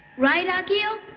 right, akio?